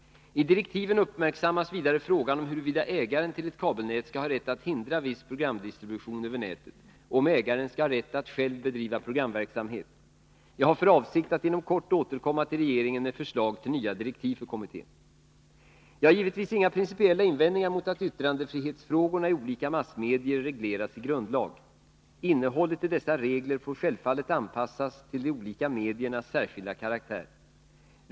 I direktiven uppmärksammas vidare frågan huruvida ägaren till ett kabelnät skall ha rätt att hindra viss programdistribution över nätet och att själv bedriva programverksamhet. Jag har för avsikt att inom kort återkomma till regeringen med förslag till nya direktiv för kommittén. Jag har givetvis inga principiella invändningar mot att yttrandefrihetsfrågorna i olika massmedier regleras i grundlag. Innehållet i dessa regler får självfallet anpassas till de olika mediernas särskilda karaktär.